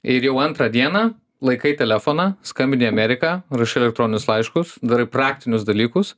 ir jau antrą dieną laikai telefoną skambini į ameriką rašai elektroninius laiškus darai praktinius dalykus